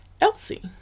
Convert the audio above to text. Elsie